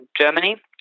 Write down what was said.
Germany